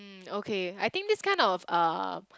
mm okay I think this kind of uh